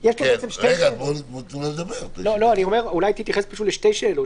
אולי היא תתייחס לשתי שאלות.